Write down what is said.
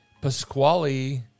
Pasquale